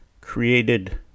created